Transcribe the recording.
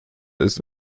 ist